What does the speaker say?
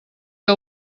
que